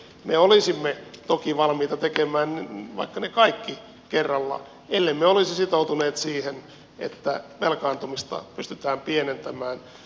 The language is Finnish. me olisimme toki valmiita tekemään vaikka ne kaikki kerralla ellemme olisi sitoutuneet siihen että velkaantumista pystytään pienentämään